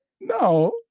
No